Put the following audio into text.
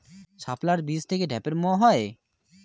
শাপলার বীজ থেকে ঢ্যাপের মোয়া হয়?